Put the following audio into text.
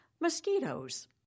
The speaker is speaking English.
mosquitoes